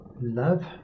love